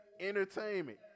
Entertainment